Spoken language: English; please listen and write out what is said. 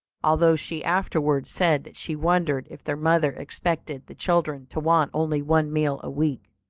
although she afterwards said that she wondered if their mother expected the children to want only one meal a week.